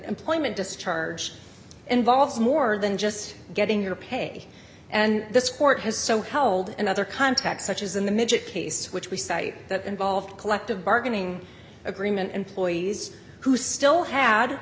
employment discharge involves more than just getting your pay and this court has so held another contact such as in the middle case which we cite that involved collective bargaining agreement employees who still had